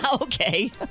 Okay